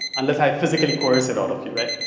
unless i physically coerce it out of you right?